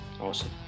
Awesome